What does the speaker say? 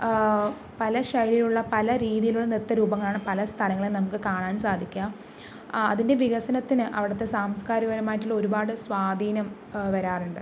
പല ശൈലിയിലുള്ള പല രീതിയിലുള്ള നൃത്ത രൂപങ്ങളാണ് പല സ്ഥലങ്ങളില് നമുക്ക് കാണാന് സാധിക്കുക അതിന്റെ വികസനത്തിന് അവിടുത്തെ സാംസ്കാരികപരമായിട്ടുള്ള ഒരുപാട് സ്വാധീനം വരാറുണ്ട്